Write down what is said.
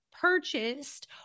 purchased